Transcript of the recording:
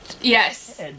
Yes